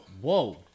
Whoa